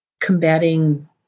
combating